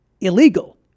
illegal